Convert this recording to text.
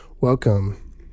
Welcome